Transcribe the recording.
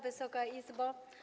Wysoka Izbo!